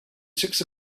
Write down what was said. six